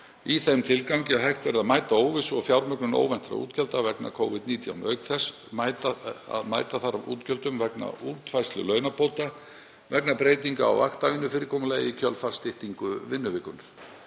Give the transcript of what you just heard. í þeim tilgangi að hægt verði að mæta óvissu og fjármögnun óvæntra útgjalda vegna Covid-19 auk þess sem mæta þarf útgjöldum vegna útfærslu launabóta vegna breytinga á vaktavinnufyrirkomulagi í kjölfar styttingar vinnuvikunnar.